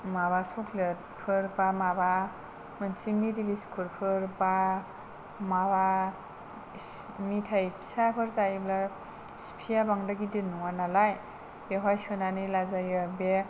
माबा चक्लेट फोर बा माबा मोनसे मेरी बिस्किट फोर बा माबा मेथाय फिसाफोर जायोब्ला सिफिया बांद्राय गिदिर नङा नालाय बेवहाय सोनानै लाजायो बे